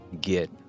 get